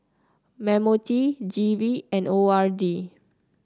M O T G V and O R D